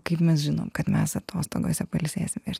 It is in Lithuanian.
kaip mes žinom kad mes atostogose pailsėsim ir